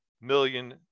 million